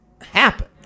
happen